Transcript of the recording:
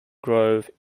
grove